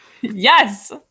Yes